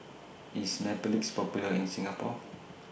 IS Mepilex Popular in Singapore